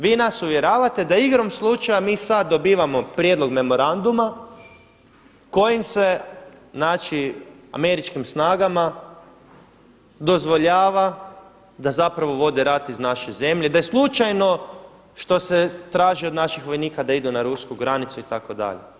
Vi nas uvjeravate da igrom slučaja mi sad dobivamo prijedlog memoranduma kojim se, znači američkim snagama dozvoljava da zapravo vode rat iz naše zemlje, da je slučajno što se traži od naših vojnika da idu na rusku granicu itd.